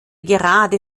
gerade